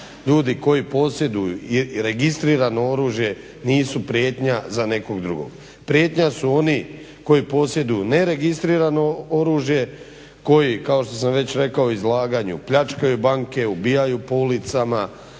ljudi koji posjeduju registrirano oružje nisu prijetnja za nekog drugog. Prijetnja su oni koji posjeduju neregistrirano oružje, koji kao što sam već rekao u izlaganju pljačkaju banke, ubijaju po ulicama,